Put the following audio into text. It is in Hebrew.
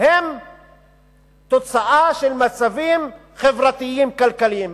הם תוצאה של מצבים חברתיים-כלכליים.